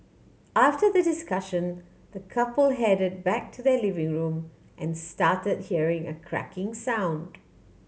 after the discussion the couple headed back to their living room and started hearing a cracking sound